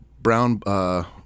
brown